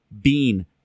bean